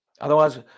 Otherwise